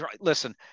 Listen